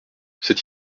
cette